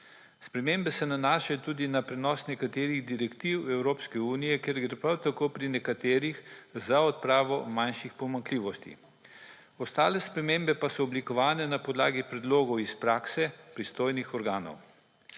Spremembe se nanašajo tudi na prenos nekaterih direktiv v Evropski uniji, kjer gre prav tako pri nekaterih za odpravo manjših pomanjkljivosti. Ostale spremembe pa so oblikovane na podlagi predlogov iz prakse pristojnih organov.